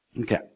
Okay